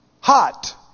Hot